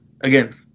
Again